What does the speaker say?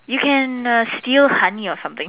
you can err steal honey or something